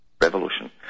Revolution